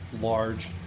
large